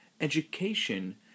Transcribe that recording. Education